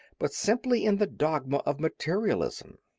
but simply in the dogma of materialism.